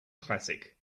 classic